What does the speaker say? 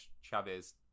Chavez